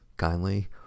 kindly